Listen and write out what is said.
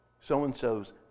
so-and-so's